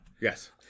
Yes